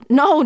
no